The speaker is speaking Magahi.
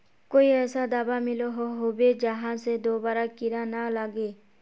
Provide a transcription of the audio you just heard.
कोई ऐसा दाबा मिलोहो होबे जहा से दोबारा कीड़ा ना लागे?